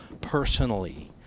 personally